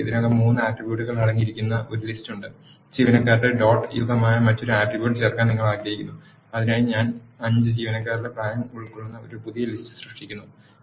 ഞങ്ങൾക്ക് ഇതിനകം മൂന്ന് ആട്രിബ്യൂട്ടുകൾ അടങ്ങിയിരിക്കുന്ന ഒരു ലിസ്റ്റ് ഉണ്ട് ജീവനക്കാരുടെ ഡോട്ട് യുഗമായ മറ്റൊരു ആട്രിബ്യൂട്ട് ചേർക്കാൻ നിങ്ങൾ ആഗ്രഹിക്കുന്നു അതിനായി ഞാൻ അഞ്ച് ജീവനക്കാരുടെ പ്രായം ഉൾക്കൊള്ളുന്ന ഒരു പുതിയ ലിസ്റ്റ് സൃഷ്ടിക്കുന്നു